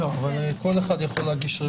התשפ"א-2021, נתקבלה.